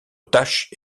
tâche